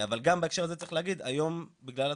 אבל, גם בהקשר הזה, צריך להגיד, היום בגלל התחרות,